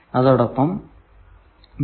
അതോടൊപ്പം wave power flow wave power flow